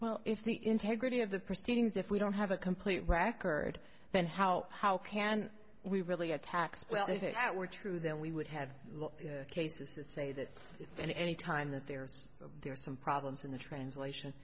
well if the integrity of the proceedings if we don't have a complete record then how how can we really attacks well if it were true then we would have cases that say that and any time that there's there are some problems in the translation